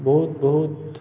ବହୁତ ବହୁତ